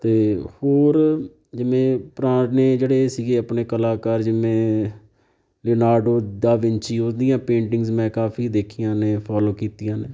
ਅਤੇ ਹੋਰ ਜਿਵੇਂ ਪੁਰਾਣੇ ਜਿਹੜੇ ਸੀਗੇ ਆਪਣੇ ਕਲਾਕਾਰ ਜਿਵੇਂ ਲਿਨਾਰਡੋ ਦਾ ਵਿਨਚੀਓ ਉਹਦੀਆਂ ਪੇਂਟਿੰਗਸ ਮੈਂ ਕਾਫੀ ਦੇਖੀਆਂ ਨੇ ਫੋਲੋ ਕੀਤੀਆਂ ਨੇ